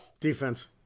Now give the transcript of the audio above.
Defense